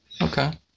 Okay